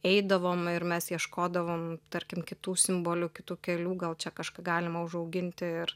eidavom ir mes ieškodavom tarkim kitų simbolių kitų kelių gal čia kažką galima užauginti ir